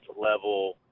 level